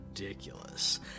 ridiculous